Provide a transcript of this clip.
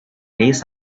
lace